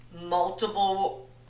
multiple